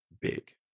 big